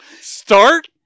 Start